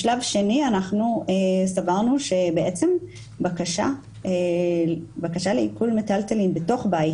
בשלב שני אנחנו סברנו שבעצם בקשה לעיקול מיטלטלין בתוך בית,